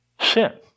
sin